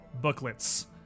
booklets